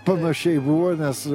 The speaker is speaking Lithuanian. panašiai buvo nes